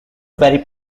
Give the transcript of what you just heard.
very